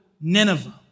Nineveh